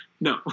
no